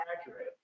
accurate